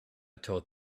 taught